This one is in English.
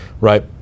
right